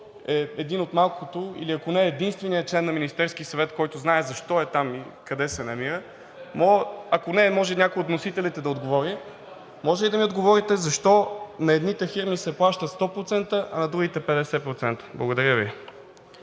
е един от малкото или, ако не единственият член на Министерския съвет, който знае защо е там и къде се намира. Ако не, може някой от вносителите да отговори. Може ли да ми отговорите, защо на едните фирми се плаща 100%, а на другите 50%? Благодаря Ви.